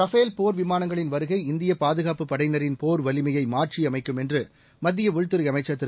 Rafale போர் விமானங்களின் வருகை இந்திய பாதுகாப்புப் படையினரின் போர் வலிமையை மாற்றியமைக்கும் என்று மத்திய உள்துறை அமைச்சர் திரு